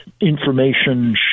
information